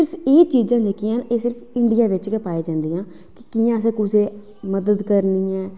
सिर्फ एह् चीज़ां जेह्कियां न इंडियां बिच गै पाई जंदियां जियां असें कुसै दी मदद करनी ऐ